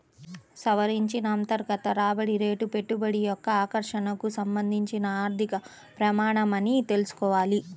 సవరించిన అంతర్గత రాబడి రేటు పెట్టుబడి యొక్క ఆకర్షణకు సంబంధించిన ఆర్థిక ప్రమాణమని తెల్సుకోవాలి